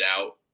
out